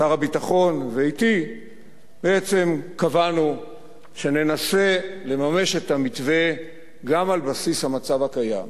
שר הביטחון ואני קבענו שננסה לממש את המתווה גם על בסיס המצב הקיים.